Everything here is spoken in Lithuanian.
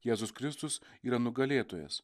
jėzus kristus yra nugalėtojas